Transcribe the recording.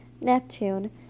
Neptune